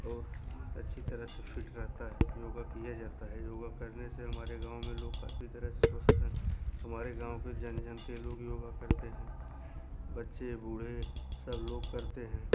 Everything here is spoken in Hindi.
और अच्छी तरह से फिट रहता है योगा किया जाता है योगा करने से हमारे गाँव में लोग काफ़ी तरह से स्वस्थ हैं हमारे गाँव के जन जन के लोग योगा करते है बच्चे बूढ़े सब लोग करते हैं